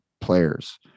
players